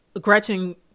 Gretchen